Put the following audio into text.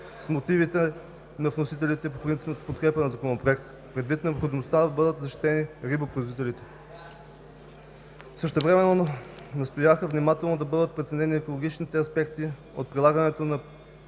с мотивите на вносителите и принципна подкрепа за Законопроекта, предвид необходимостта да бъдат защитени рибопроизводителите. Същевременно настояха внимателно да бъдат преценени екологичните аспекти от прилагането на